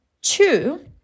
Two